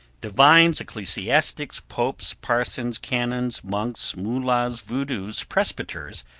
divines, ecclesiastics, popes, parsons, canons, monks, mollahs, voodoos, presbyters,